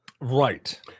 right